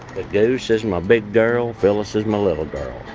the goose is my big girl. phyllis is my little girl.